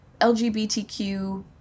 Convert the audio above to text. LGBTQ